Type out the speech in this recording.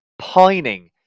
pining